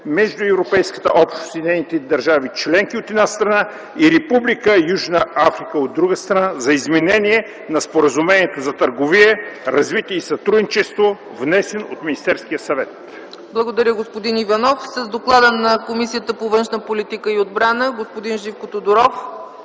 между Европейската общност и нейните държави членки, от една страна, и Република Южна Африка, от друга страна, за изменение на Споразумението за търговия, развитие и сътрудничество, внесен от Министерския съвет.” ПРЕДСЕДАТЕЛ ЦЕЦКА ЦАЧЕВА: Благодаря, господин Иванов. С доклада на Комисията по външна политика и отбрана ще ни запознае господин Живко Тодоров.